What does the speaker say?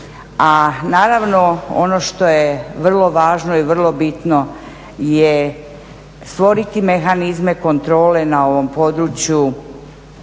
A naravno ono što je vrlo važno i vrlo bitno je stvoriti mehanizme kontrole na ovom području